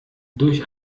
durch